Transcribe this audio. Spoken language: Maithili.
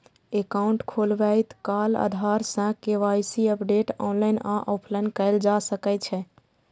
एकाउंट खोलबैत काल आधार सं के.वाई.सी अपडेट ऑनलाइन आ ऑफलाइन कैल जा सकै छै